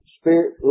spirit